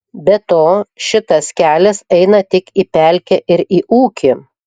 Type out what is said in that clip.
be to šitas kelias eina tik į pelkę ir į ūkį